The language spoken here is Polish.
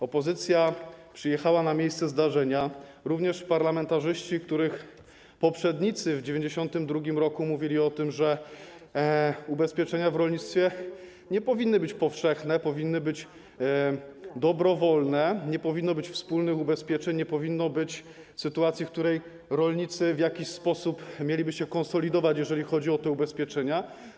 Opozycja przyjechała na miejsce zdarzenia, również parlamentarzyści, których poprzednicy w 1992 r. mówili o tym, że ubezpieczenia w rolnictwie nie powinny być powszechne, powinny być dobrowolne; nie powinno być wspólnych ubezpieczeń, nie powinno być sytuacji, w której rolnicy w jakiś sposób mieliby się konsolidować, jeżeli chodzi o te ubezpieczenia.